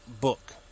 book